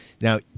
now